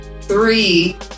three